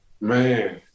man